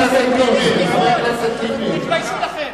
תתביישו לכם.